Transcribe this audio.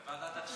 ועדת הכספים.